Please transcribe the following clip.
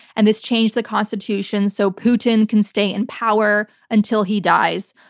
and this changed the constitution so putin can stay in power until he dies,